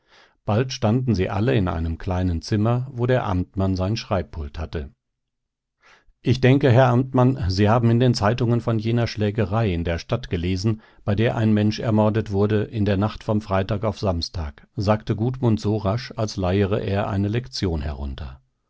bald standen sie alle in einem kleinen zimmer wo der amtmann sein schreibpult hatte ich denke herr amtmann sie haben in den zeitungen von jener schlägerei in der stadt gelesen bei der ein mensch ermordet wurde in der nacht vom freitag auf samstag sagte gudmund so rasch als leiere er eine lektion herunter